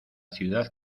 ciudad